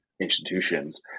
institutions